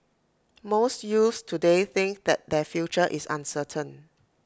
most youths today think that their future is uncertain